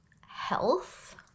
health